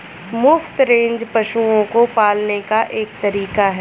मुफ्त रेंज पशुओं को पालने का एक तरीका है